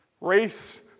Race